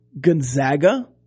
Gonzaga